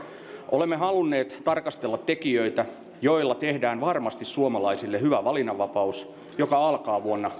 olemme halunneet tarkastella tekijöitä joilla tehdään varmasti suomalaisille hyvä valinnanvapaus joka alkaa vuonna